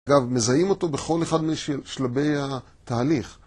אגב, מזהים אותו בכל אחד משלבי התהליך.